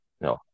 No